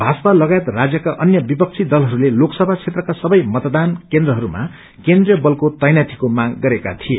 भाजपा लगायत राज्यका अन्य विपक्षी दलहरूले लोकसभा क्षेत्रका सबै मतदान केन्द्रहरूमा केन्द्रीय बलको तैनाथीको मांग गरेका थिए